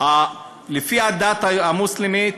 לפי הדת המוסלמית,